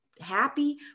happy